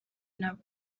nabo